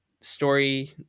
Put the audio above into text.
story